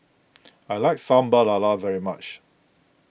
I like Sambal Lala very much